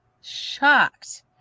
shocked